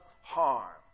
harm